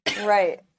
Right